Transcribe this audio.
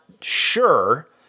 sure